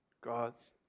God's